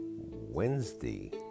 Wednesday